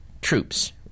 troops